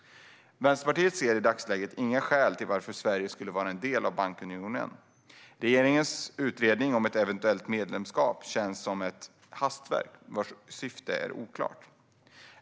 Vänsterpartiet ser i dagsläget inga skäl till att Sverige ska vara en del av bankunionen. Regeringens utredning om ett eventuellt svenskt medlemskap känns som ett hastverk vars syfte är oklart.